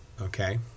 Okay